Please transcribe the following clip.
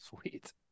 Sweet